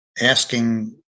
asking